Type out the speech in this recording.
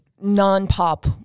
non-pop